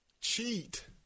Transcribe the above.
cheat